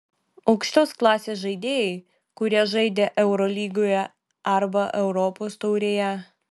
aukštos klasės žaidėjai kurie žaidė eurolygoje arba europos taurėje